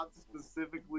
specifically